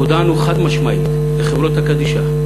הודענו חד-משמעית לחברות הקדישא,